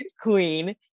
queen